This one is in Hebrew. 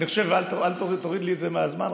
אל תוריד לי מהזמן,